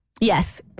Yes